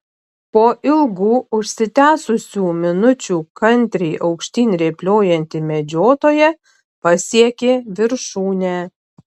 po ilgų užsitęsusių minučių kantriai aukštyn rėpliojanti medžiotoja pasiekė viršūnę